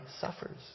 suffers